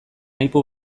aipu